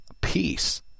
peace